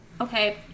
Okay